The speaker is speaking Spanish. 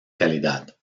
calidad